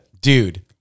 Dude